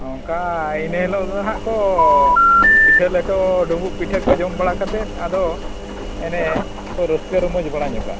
ᱚᱱᱠᱟ ᱤᱱᱟᱹ ᱦᱤᱞᱳᱜ ᱫᱚᱠᱚ ᱯᱤᱴᱷᱟᱹ ᱞᱮᱴᱚ ᱰᱩᱵᱩᱜ ᱯᱤᱴᱷᱟᱹ ᱠᱚ ᱡᱚᱢ ᱵᱟᱲᱟ ᱠᱟᱛᱮᱫ ᱟᱫᱚ ᱮᱱᱮ ᱠᱚ ᱨᱟᱹᱥᱠᱟᱹ ᱧᱚᱜᱼᱟ